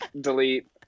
Delete